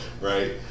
Right